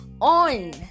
on